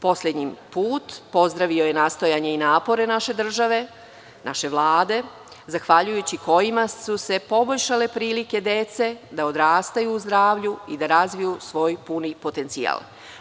Poslednji put pozdravio je napore naše države, naše Vlade, zahvaljujući kojima su se poboljšale prilike dece da odrastaju u zdravlju i da razviju svoj puni potencijal.